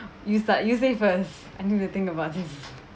you start you say first I need to think about this